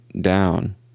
down